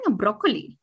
broccoli